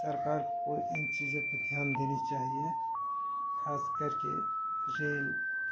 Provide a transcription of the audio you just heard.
سرکار کو ان چیزوں پہ دھیان دینی چاہیے خاص کر کے ریل